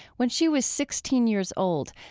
when she was sixteen years old,